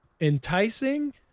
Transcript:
enticing